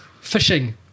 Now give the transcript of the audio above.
fishing